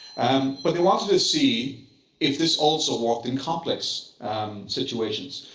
but they wanted to see if this also worked in complex situations.